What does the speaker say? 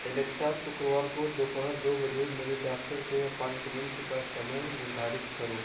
Alexa शुक्रवार को दोपहर दो बजे मेरे डॉक्टर के अपॉइंटमेंट का समय निर्धारित करो